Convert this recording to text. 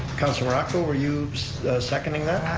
councilor morocco, are you seconding that?